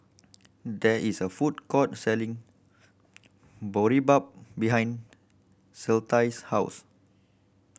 there is a food court selling Boribap behind Clytie's house